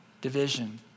division